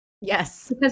Yes